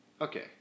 okay